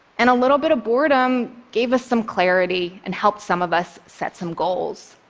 and a little bit of boredom gave us some clarity and helped some of us set some goals.